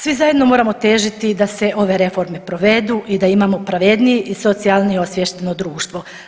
Svi zajedno moramo težiti da se ove reforme provedu i da imamo pravedniji i socijalnije osviješteno društvo.